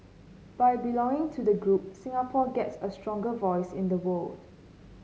by belonging to the group Singapore gets a stronger voice in the world